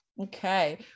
Okay